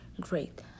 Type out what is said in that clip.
great